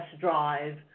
drive